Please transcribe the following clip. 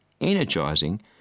energizing